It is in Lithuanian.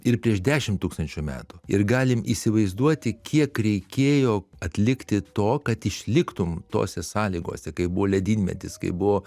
ir prieš dešimt tūkstančių metų ir galim įsivaizduoti kiek reikėjo atlikti to kad išliktum tose sąlygose kai buvo ledynmetis kai buvo